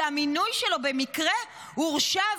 כשהמינוי שלו במקרה הורשע,